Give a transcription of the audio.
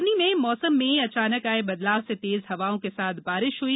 सिवनी में मौसम में अचानक आये बदलाव से तेज हवाओं के साथ बारिश हुई